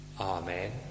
Amen